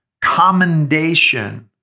commendation